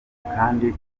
kandi